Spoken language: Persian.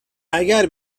اگر